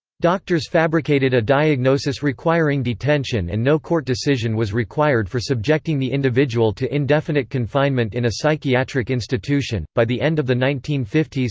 doctors fabricated a diagnosis requiring detention and no court decision was required for subjecting the individual to indefinite confinement in a psychiatric institution by the end of the nineteen fifty s,